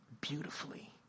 beautifully